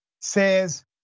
says